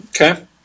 okay